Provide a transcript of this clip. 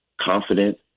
confident